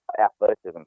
athleticism